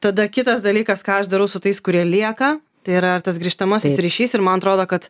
tada kitas dalykas ką aš darau su tais kurie lieka tai yra ir tas grįžtamasis ryšys ir man atrodo kad